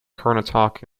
karnataka